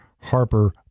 Harper